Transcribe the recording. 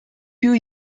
più